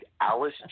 Alice